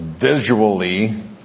visually